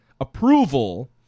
approval